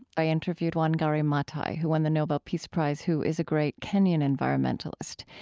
i interviewed wangari maathai, who won the nobel peace prize, who is a great kenyan environmentalist.